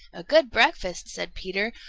a good breakfast, said peter,